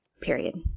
period